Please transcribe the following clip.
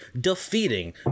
defeating